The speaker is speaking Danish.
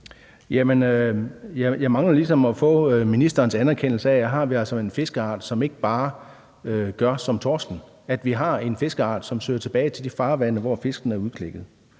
jeg mangler ligesom at få ministerens anerkendelse af, at vi altså her har en fiskeart, som ikke bare gør som torsken; at vi har en fiskeart, som søger tilbage til de farvande, hvor fisken er udklækket.